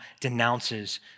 denounces